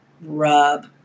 rub